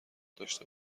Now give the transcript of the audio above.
داشته